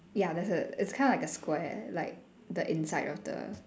ya there's a it's kind of like a square like the inside of the